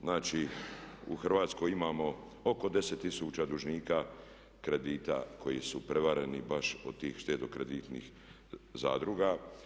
Znači u Hrvatskoj imamo oko 10 tisuća dužnika kredita koji su prevareni baš od tih štedno-kreditnih zadruga.